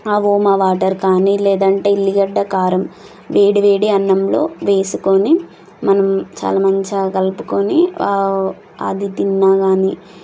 ఆ ఓమా వాటర్ కానీ లేదంటే ఎల్లిగడ్డ కారం వేడివేడి అన్నంలో వేసుకొని మనం చాలా మంచిగా కలుపుకొని అది తిన్నా కానీ